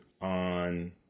on